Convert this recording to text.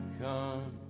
come